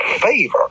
favor